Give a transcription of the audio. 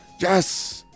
yes